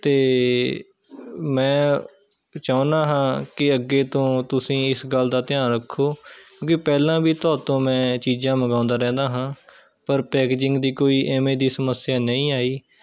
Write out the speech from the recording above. ਅਤੇ ਮੈਂ ਚਾਹੁੰਦਾ ਹਾਂ ਕਿ ਅੱਗੇ ਤੋਂ ਤੁਸੀਂ ਇਸ ਗੱਲ ਦਾ ਧਿਆਨ ਰੱਖੋ ਕਿਉਂਕਿ ਪਹਿਲਾਂ ਵੀ ਤੁਹਾਡੇ ਤੋਂ ਮੈਂ ਇਹ ਚੀਜ਼ਾਂ ਮੰਗਾਉਂਦਾ ਰਹਿੰਦਾ ਹਾਂ ਪਰ ਪੈਕਜਿੰਗ ਦੀ ਕੋਈ ਇਵੇਂ ਦੀ ਸਮੱਸਿਆ ਨਹੀਂ ਆਈ